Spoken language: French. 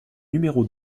numéro